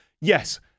yes